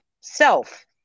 self